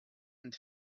and